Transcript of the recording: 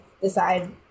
decide